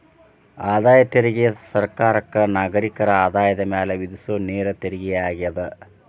ಆದಾಯ ತೆರಿಗೆ ಸರ್ಕಾರಕ್ಕ ನಾಗರಿಕರ ಆದಾಯದ ಮ್ಯಾಲೆ ವಿಧಿಸೊ ನೇರ ತೆರಿಗೆಯಾಗ್ಯದ